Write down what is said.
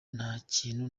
ntakintu